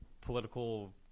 political